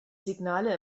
signale